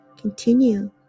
Continue